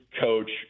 coach